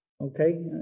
Okay